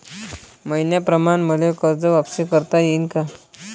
मईन्याप्रमाणं मले कर्ज वापिस करता येईन का?